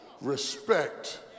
respect